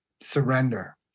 surrender